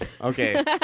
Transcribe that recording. Okay